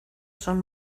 son